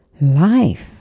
life